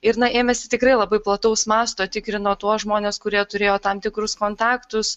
ir na ėmėsi tikrai labai plataus masto tikrino tuos žmones kurie turėjo tam tikrus kontaktus